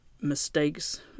mistakes